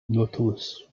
nautilus